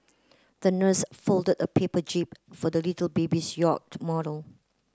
the nurse folded a paper jib for the little babies yacht model